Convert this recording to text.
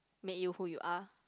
make you who you are